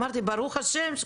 אמרתי ברוך השם,